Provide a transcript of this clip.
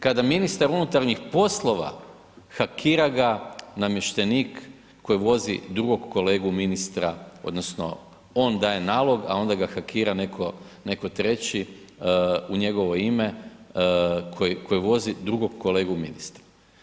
Kada ministar unutarnjih poslova hakira ga namještenik koji vozi drugog kolegu ministra odnosno on daje nalog, a onda ga hakira netko, netko treći u njegovo ime, koji vozi drugog kolegu ministra.